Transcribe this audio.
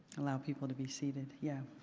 allow people to be seated, yeah,